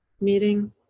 meeting